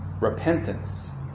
Repentance